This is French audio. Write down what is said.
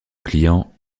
clients